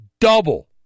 double